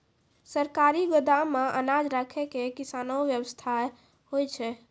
सरकारी गोदाम मे अनाज राखै के कैसनौ वयवस्था होय छै?